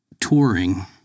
touring